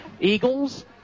Eagles